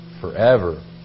forever